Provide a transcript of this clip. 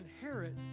inherit